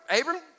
Abram